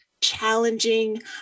challenging